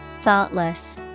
Thoughtless